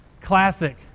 Classic